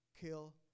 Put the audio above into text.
kill